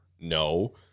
No